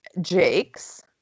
Jake's